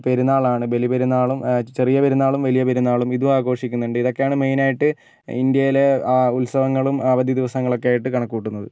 പെരുന്നാളാണ് ബെലിപെരുന്നാളും ചെറിയപെരുന്നാളും വലിയ പെരുന്നാളും ഇതും ആഘോഷിക്കുന്നുണ്ട് ഇതൊക്കെയാണ് മെയിനായിട്ട് ഇന്ത്യയിലെ ആ ഉത്സവങ്ങളും അവധി ദിവസങ്ങളും ഒക്കെയായിട്ട് കണക്കുകൂട്ടുന്നത്